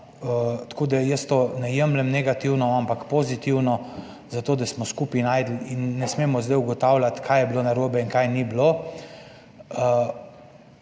Tako da jaz tega ne jemljem negativno, ampak pozitivno, za to, da smo skupaj našli, in ne smemo zdaj ugotavljati, kaj je bilo narobe in česa ni bilo.